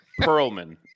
perlman